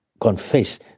confess